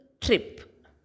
trip